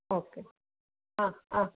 okay ആ ആ